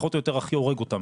שפחות או יותר הכי הורג אותם.